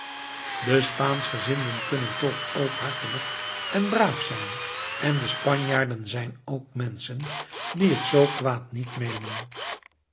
de spaanschgezinden kunnen toch ook hartelijk en braaf zijn en de spanjaarden zijn ook menschen die het zoo kwaad niet meenen